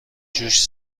جوش